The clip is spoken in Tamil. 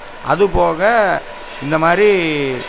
அதுபோக இந்தமாதிரி